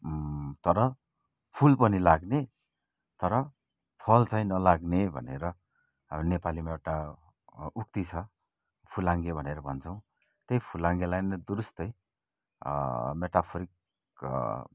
तर फुल पनि लाग्ने तर फल चाहिँ नलाग्ने भनेर नेपालीमा एउटा उक्ति छ फुलाङ्गे भनेर भन्छौँ त्यही फुलाङ्गेलाई नै दुरुस्तै मेटाफरिक